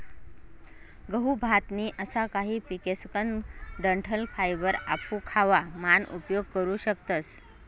गहू, भात नी असा काही पिकेसकन डंठल फायबर आपू खावा मान उपयोग करू शकतस